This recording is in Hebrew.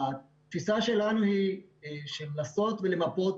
התפיסה שלנו היא של לנסות ולמפות